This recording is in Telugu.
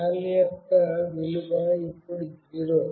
"Val" యొక్క విలువ ఇప్పుడు 0